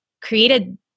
created